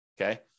Okay